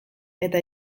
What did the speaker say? eta